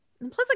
Plus